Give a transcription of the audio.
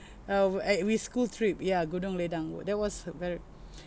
uh eh with school trip ya gunung ledang that was a very